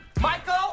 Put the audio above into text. Michael